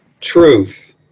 truth